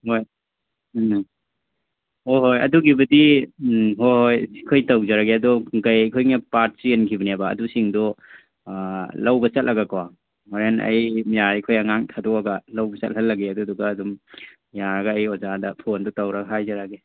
ꯍꯣꯏ ꯎꯝ ꯍꯣꯏ ꯍꯣꯏ ꯑꯗꯨꯒꯤꯕꯨꯗꯤ ꯎꯝ ꯍꯣꯏ ꯍꯣꯏ ꯑꯩꯈꯣꯏ ꯇꯧꯖꯔꯒꯦ ꯑꯗꯣ ꯀꯩ ꯑꯩꯈꯣꯏꯅ ꯄꯥꯇ ꯆꯦꯟꯈꯤꯕꯅꯦꯕ ꯑꯗꯨꯁꯤꯡꯗꯣ ꯂꯧꯕ ꯆꯠꯂꯒꯀꯣ ꯍꯣꯔꯦꯟ ꯑꯩ ꯌꯥꯔꯤꯈꯩ ꯑꯉꯥꯡ ꯊꯥꯗꯣꯛꯑꯒ ꯂꯧꯕ ꯆꯠꯍꯜꯂꯒꯦ ꯑꯗꯨꯗꯨꯒ ꯑꯗꯨꯝ ꯌꯥꯔꯒ ꯑꯩ ꯑꯣꯖꯥꯗ ꯐꯣꯟꯗꯣ ꯇꯧꯔꯒ ꯍꯥꯏꯖꯔꯒꯦ